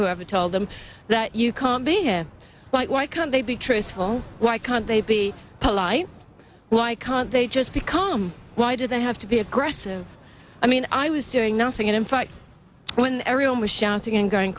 whoever told them that you can't be like why can't they be truthful why can't they be polite why can't they just become why do they have to be aggressive i mean i was doing nothing and in fact when everyone was shouting and going